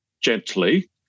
gently